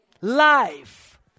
life